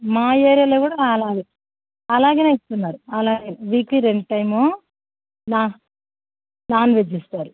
మా ఏరియాలో కూడా అలాగే అలాగే ఇస్తున్నారు అలాగే వీక్లీ రెండు టైమ్ నా నాన్ వెజ్ ఇస్తారు